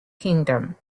kingdom